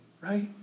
right